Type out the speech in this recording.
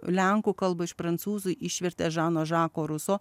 lenkų kalbą iš prancūzų išvertė žano žako ruso